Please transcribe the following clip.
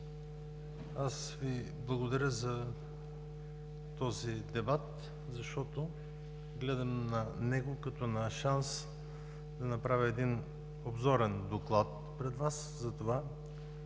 Аз Ви благодаря за този дебат, защото гледам на него като на шанс да направя един обзорен доклад пред Вас за това